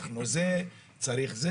צריך עוד.